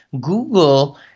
Google